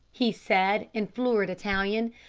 he said in florid italian.